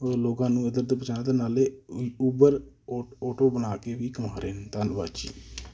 ਉਹ ਲੋਕਾਂ ਨੂੰ ਇੱਧਰ ਉੱਧਰ ਪਹੁੰਚਾਉਣਾ ਅਤੇ ਨਾਲੇ ਊਬਰ ਔਟ ਔਟੋ ਬਣਾ ਕੇ ਵੀ ਕਮਾ ਰਹੇ ਨੇ ਧੰਨਵਾਦ ਜੀ